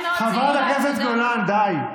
חברת הכנסת גולן, די.